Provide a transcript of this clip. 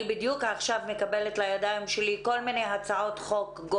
בדיוק עכשיו אני מקבלת כל מיני הצעות חוקר